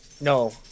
no